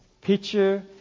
picture